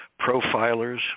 profilers